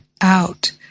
out